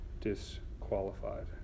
disqualified